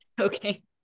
Okay